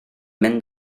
mynd